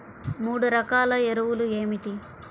మూడు రకాల ఎరువులు ఏమిటి?